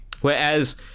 whereas